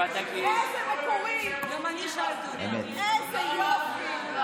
איזה מקורי, איזה יופי.